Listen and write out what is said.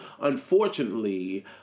unfortunately